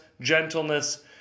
gentleness